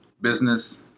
business